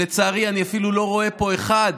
לצערי, אני אפילו לא רואה פה אחד